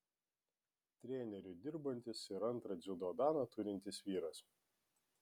treneriu dirbantis ir antrą dziudo daną turintis vyras